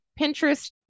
Pinterest